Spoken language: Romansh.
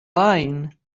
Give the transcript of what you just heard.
bain